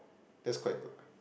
that's quite good